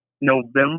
November